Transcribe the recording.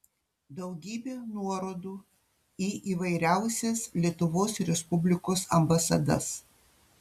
daugybė nuorodų į įvairiausias lietuvos respublikos ambasadas